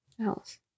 else